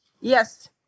Yes